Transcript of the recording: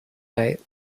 date